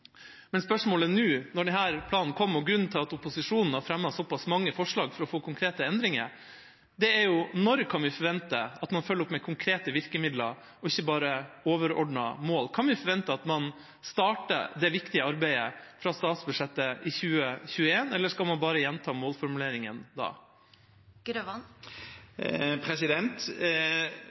Planen kom, og det er en grunn til at opposisjonen har fremmet så pass mange forslag for å få konkrete endringer. Spørsmålet er: Når kan vi forvente at man følger opp med konkrete virkemidler og ikke bare overordnede mål? Kan vi forvente at man starter det viktige arbeidet fra statsbudsjettet i 2021, eller skal man da bare gjenta målformuleringen?